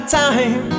time